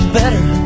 better